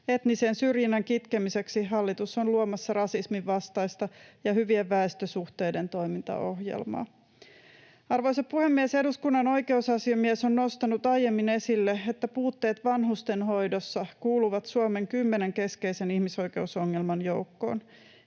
Etnisen syrjinnän kitkemiseksi hallitus on luomassa rasisminvastaista ja hyvien väestösuhteiden toimintaohjelmaa. Arvoisa puhemies! Eduskunnan oikeusasiamies on nostanut aiemmin esille, että puutteet vanhustenhoidossa kuuluvat Suomen kymmenen keskeisen ihmisoikeusongelman joukkoon.